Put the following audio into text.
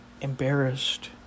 embarrassed